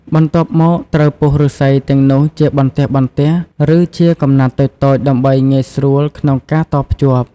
បន្ទាប់មកត្រូវពុះឬស្សីទាំងនោះជាបន្ទះៗ ឬជាកំណាត់តូចៗដើម្បីងាយស្រួលក្នុងការតភ្ជាប់។